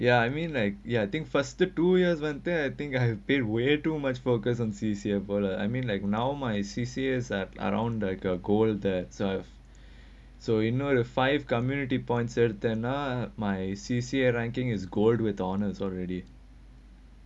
ya I mean like ya think faster two years went there I think I paid way too much focus on C_C_A for lah I mean like now my C_C_A are all around the gold that side so you know the five community points say my C_C_A ranking is gold with honors already